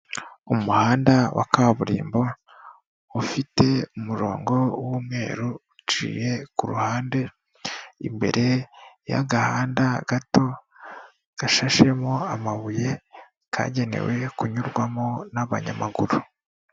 Umuhanda wa kaburimbo ufite umurongo w'umweru uciye ku ruhande, imbere y'agahanda gato gashashemo amabuye kagenewe kunyurwamo n'abanyamaguru.